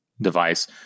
device